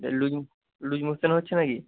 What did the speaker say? loose loose motion হচ্ছে না কি